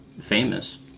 famous